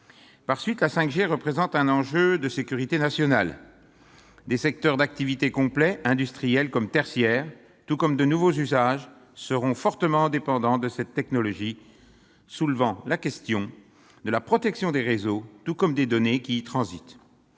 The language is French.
vulnérabilité. La 5G représente aussi un enjeu de sécurité nationale. Des secteurs d'activité complets- industriels comme tertiaires -tout comme de nouveaux usages seront fortement dépendants de cette technologie, ce qui soulève la question de la protection des réseaux et des données qui y transitent.